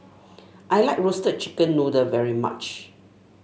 I like roast chicken noodle very much